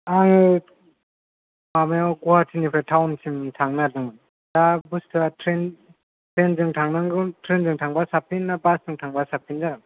आङो माबायाव गुवाहाटिनिफ्राय टाउनसिम थांनो नागेरदोंमोन दा बुसथुवा ट्रेन ट्रेनजों थांनांगौ ट्रेनजों थांबा साबसिन ना बासजों थांबा साबसिन जागोन